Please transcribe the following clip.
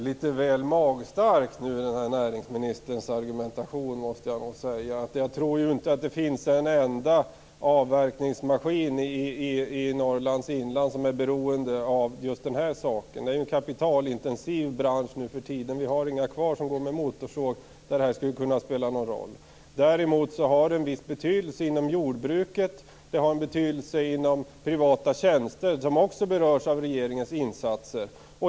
Fru talman! Näringsministerns argumentation är litet väl magstark, måste jag nog säga. Jag tror inte att det finns en enda avverkningsmaskin i Norrlands inland som är beroende av just denna sak. Det är en kapitalintensiv bransch nu för tiden. Det finns ingen kvar som går med motorsåg, för vilken detta skulle kunna spela någon roll. Däremot har det en viss betydelse inom jordbruket. Det har en betydelse när det gäller privata tjänster, som också berörs av regeringens insatser.